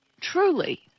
truly